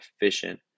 efficient